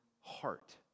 heart